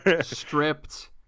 stripped